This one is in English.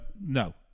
no